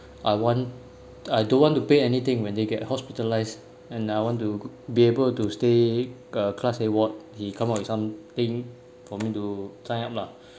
I want I don't want to pay anything when they get hospitalised and I want to be able to stay uh class A ward he come up with something for me to sign up lah